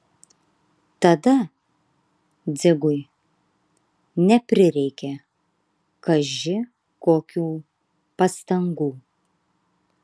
tada dzigui neprireikė kaži kokių pastangų